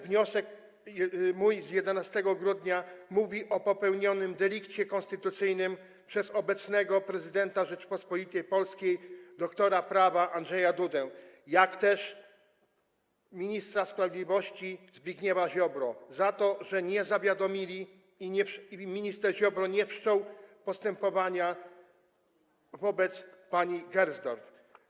Wniosek mój z 11 grudnia mówi o popełnionym delikcie konstytucyjnym przez obecnego prezydenta Rzeczypospolitej Polskiej dr. prawa Andrzeja Dudę, jak też ministra sprawiedliwości Zbigniewa Ziobrę, dlatego że nie zawiadomili o tym i minister Ziobro nie wszczął postępowania wobec pani Gersdorf.